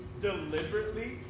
deliberately